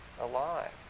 alive